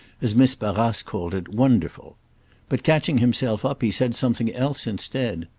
as miss barrace called it, wonderful but, catching himself up, he said something else instead.